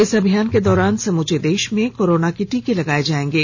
इस अभियान के दौरान समूचे देश में कोरोना के टीके लगाए जाएंगे